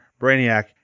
Brainiac